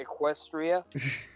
Equestria